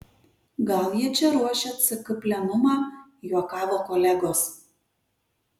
gal jie čia ruošia ck plenumą juokavo kolegos